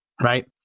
right